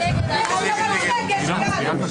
למה לא ספרת אותו?